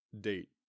Date